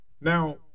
Now